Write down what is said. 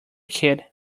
kid